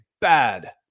bad